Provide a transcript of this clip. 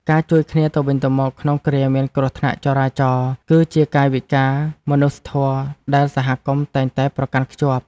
ការជួយគ្នាទៅវិញទៅមកក្នុងគ្រាមានគ្រោះថ្នាក់ចរាចរណ៍ គឺជាកាយវិការមនុស្សធម៌ដែលសហគមន៍តែងតែប្រកាន់ខ្ជាប់។